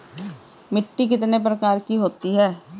मिट्टी कितने प्रकार की होती हैं?